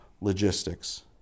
logistics